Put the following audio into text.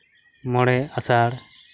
ᱢᱚᱬᱮ ᱟᱥᱟᱲ